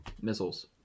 missiles